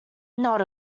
not